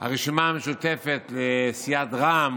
הרשימה המשותפת לסיעת רע"מ,